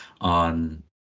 on